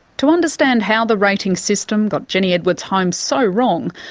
to understand how the rating system got jenny edwards' home so wrong,